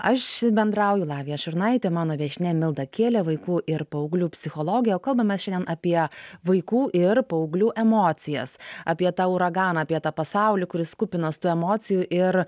aš bendrauju lavija šurnaitė mano viešnia milda kielė vaikų ir paauglių psichologė kalbam mes šiandien apie vaikų ir paauglių emocijas apie tą uraganą apie tą pasaulį kuris kupinas tų emocijų ir